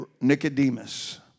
Nicodemus